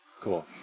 Cool